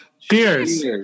Cheers